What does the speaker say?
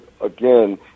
again